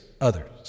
others